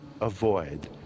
avoid